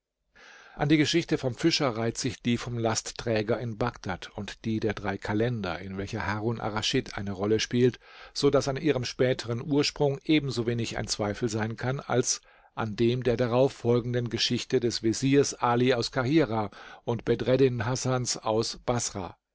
an die geschichte vom fischer reiht sich die vom lastträger in bagdad und die der drei kalender in welcher harun arraschid eine rolle spielt so daß an ihrem späteren ursprung ebensowenig ein zweifel sein kann als an dem der darauffolgenden geschichte des veziers ali aus kahirah und bedreddin hasans aus baßrah